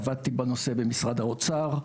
עבדתי בנושא במשרד האוצר.